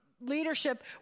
leadership